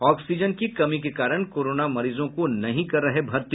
oxygen की कमी के कारण कोरोना मरीजों को नहीं कर रहे भर्ती